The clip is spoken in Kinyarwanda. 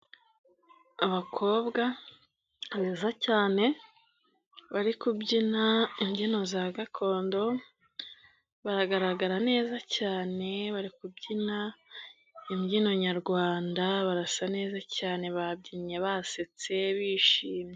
Abakobwa beza cyane bari kubyina imbyino za gakondo baragaragara neza cyane bari kubyina imbyino nyarwanda barasa neza cyane babyinnye basetse bishimye.